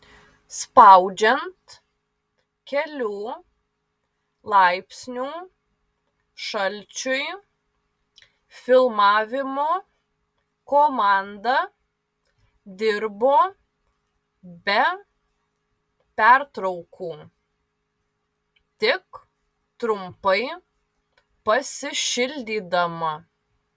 spaudžiant kelių laipsnių šalčiui filmavimo komanda dirbo be pertraukų tik trumpai pasišildydama